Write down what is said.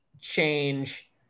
change